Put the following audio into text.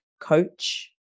coach